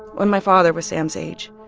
when my father was sam's age,